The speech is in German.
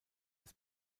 des